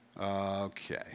Okay